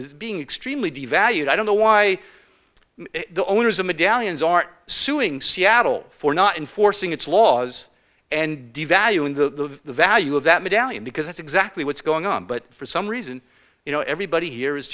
is being extremely devalued i don't know why the owners of medallions are suing seattle for not enforcing its laws and devaluing the value of that medallion because that's exactly what's going on but for some reason you know everybody here is